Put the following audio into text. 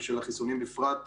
ושל החיסונים בפרט,